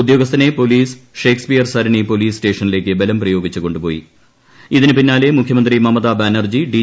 ഉദ്യോഗസ്ഥനെ police Shakespeare സ്രൺ police സ്റ്റേഷനിലേയ്ക്ക് ബലം പ്രയോഗിച്ച് കൊണ്ടുപ്പോയി ഇതിനുപിന്നാലെ മുഖ്യമന്ത്രി മമതാ ബാനർജി ഡി